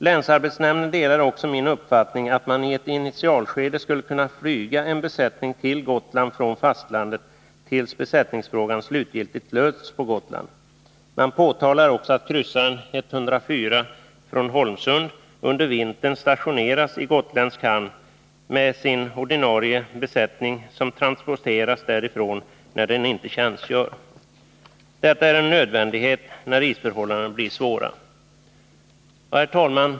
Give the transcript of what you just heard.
Länsarbetsnämnden delar också min uppfattning att man i ett initialskede skulle kunna flyga en besättning till Gotland från fastlandet tills besättningsfrågan slutgiltigt lösts på Gotland. Man påtalar också att kryssaren 104 från Holmsund under vintern stationeras i gotländsk hamn med sin ordinarie besättning som transporteras därifrån när den inte tjänstgör. Detta är en nödvändighet när isförhållandena blir svåra. Herr talman!